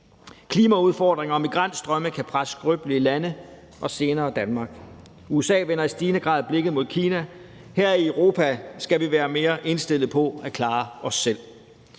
Klimaudfordringer og migrantstrømme kan presse skrøbelige lande og senere Danmark. USA vender i stigende grad blikket mod Kina, og her i Europa skal vi være mere indstillet på at klare os selv.